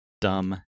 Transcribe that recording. dumb